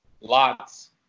Lots